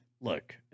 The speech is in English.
look